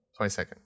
22nd